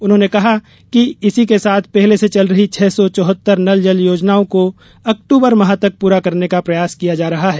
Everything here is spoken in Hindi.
उन्होंने कहा कि इसी के साथ पहले से चल रही छह सौ चौहत्तर नल जल योजनाओं को अक्टूबर माह तक पूरा करने का प्रयास किया जा रहा है